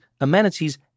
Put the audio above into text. amenities